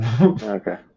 Okay